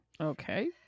okay